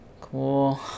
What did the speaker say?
Cool